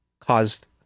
caused